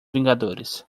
vingadores